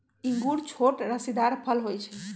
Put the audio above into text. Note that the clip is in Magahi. इंगूर छोट रसीदार फल होइ छइ